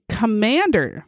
commander